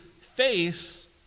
face